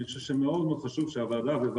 אני חושב שמאוד מאוד חשוב שהוועדה הזו,